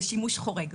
בשימוש חורג.